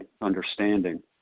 understanding